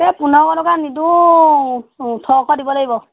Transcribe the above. এই পোন্ধৰশ টকাত নিদোঁ ওঠৰশ দিব লাগিব